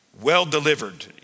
well-delivered